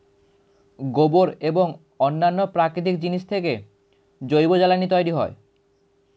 গোবর এবং অন্যান্য প্রাকৃতিক জিনিস থেকে জৈব জ্বালানি তৈরি হয়